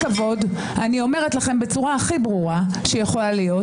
אני אומרת לכם בצורה הכי ברורה שיכולה להיות,